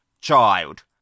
child